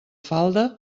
falda